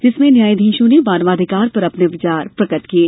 जिसमें न्यायाधीशों ने मानवाधिकार पर अपने विचार प्रकट किये